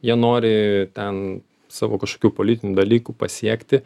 jie nori ten savo kažkokių politinių dalykų pasiekti